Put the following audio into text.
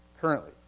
currently